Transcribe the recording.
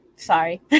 sorry